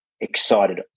excited